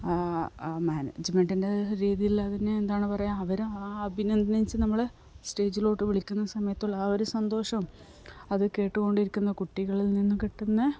മാനേജ്മെൻറ്റിൻ്റെ രീതിയിലുള്ളതിന് എന്താണ് പറയുക അവർ അഭിനന്ദിച്ച് നമ്മളെ സ്റ്റേജിലേക്ക് വിളിക്കുന്ന സമയത്തുള്ള ആ ഒരു സന്തോഷവും അതു കേട്ടുകൊണ്ടിരിക്കുന്ന കുട്ടികളിൽ നിന്നു കിട്ടുന്ന